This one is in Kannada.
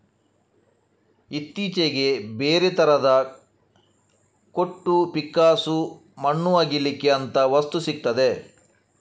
ಇತ್ತೀಚೆಗೆ ಬೇರೆ ಬೇರೆ ತರದ ಕೊಟ್ಟು, ಪಿಕ್ಕಾಸು, ಮಣ್ಣು ಅಗೀಲಿಕ್ಕೆ ಅಂತ ವಸ್ತು ಸಿಗ್ತದೆ